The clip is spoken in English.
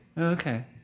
Okay